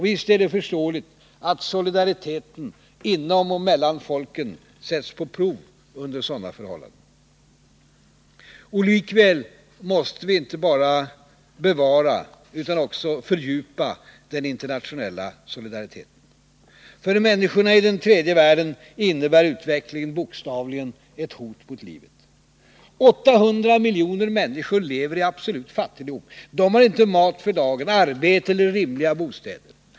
Visst är det förståeligt att solidariteten inom och mellan folken sätts på prov under sådana förhållanden. Och likväl måste vi inte bara bevara utan också fördjupa den internationella solidariteten. För människorna i den tredje världen innebär utvecklingen bokstavligen ett hot mot livet. 800 miljoner människor lever i absolut fattigdom — de har inte mat för dagen, arbete eller rimliga bostäder.